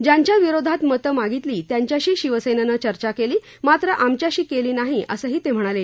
ज्यांच्या विरोधात मतं मागितली त्यांच्याशी शिवसेनेनं चर्चा केली मात्र आमच्याशी केली नाही असंही ते म्हणाले